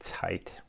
tight